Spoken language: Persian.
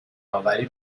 اوری